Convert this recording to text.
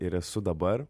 ir esu dabar